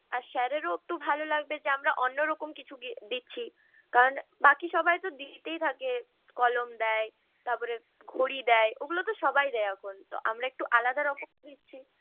আর স্যারেরও একটু ভালো লাগবে যে আমরা অন্যরকম কিছু দিচ্ছি কারন বাকি সবাইতো দিতেই থাকে কলম দেয় তারপরে ঘড়ি দেয় ওগুলো তো সবাই দেয় এখন আমরা একটু আলাদা রকম দিচ্ছি